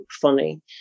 funny